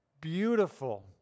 beautiful